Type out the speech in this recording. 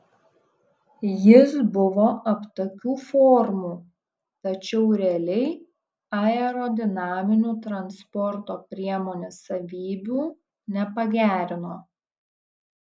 jis buvo aptakių formų tačiau realiai aerodinaminių transporto priemonės savybių nepagerino